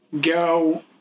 go